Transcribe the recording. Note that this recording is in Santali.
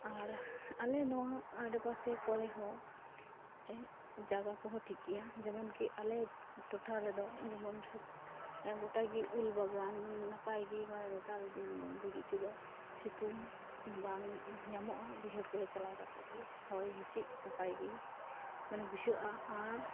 ᱟᱨ ᱟᱞᱮ ᱱᱚᱣᱟ ᱟᱰᱮᱯᱟᱥᱮ ᱠᱚᱨᱮ ᱦᱚᱸ ᱡᱟᱜᱟᱠᱚ ᱦᱚᱸ ᱴᱷᱤᱠ ᱜᱮᱭᱟ ᱡᱮᱢᱚᱱᱠᱤ ᱟᱞᱮ ᱴᱚᱴᱷᱟ ᱨᱮᱫᱚ ᱡᱮᱢᱚᱱ ᱜᱚᱴᱟᱜᱮ ᱩᱞ ᱵᱟᱜᱟᱱ ᱱᱟᱯᱟᱭᱜᱮ ᱵᱟᱲᱮ ᱱᱮᱛᱟᱨᱫᱤᱱ ᱞᱟᱹᱜᱤᱫᱛᱮᱫᱚ ᱥᱤᱛᱤᱝ ᱵᱟᱝ ᱧᱟᱢᱚᱜᱼᱟ ᱵᱟᱹᱭᱦᱟᱹᱲ ᱠᱚᱨᱮ ᱪᱟᱞᱟᱣ ᱠᱟᱛᱮᱫ ᱨᱮᱦᱚᱸ ᱦᱚᱭᱼᱦᱤᱸᱥᱤᱫᱽ ᱱᱟᱯᱟᱭ ᱜᱮ ᱢᱟᱱᱮ ᱵᱩᱡᱷᱟᱹᱜᱼᱟ ᱟᱨ